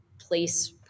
place